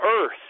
earth